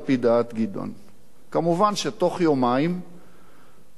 מובן שבתוך יומיים הועברתי מהתפקיד.